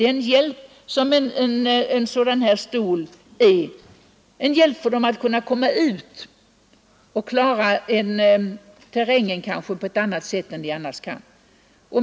En sådan stol är en hjälp för dem att komma utomhus och klara terrängen bättre än annars.